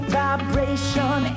vibration